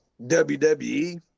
WWE